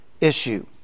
issue